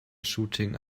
shooting